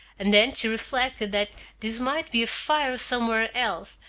and then she reflected that this might be a fire somewhere else,